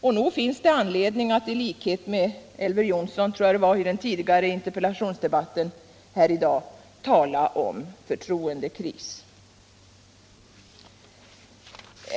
Och nog finns det anledning att — i likhet med Elver Jonsson, tror jag det var, i den tidigare interpellationsdebatten här i dag — tala om förtroendekris.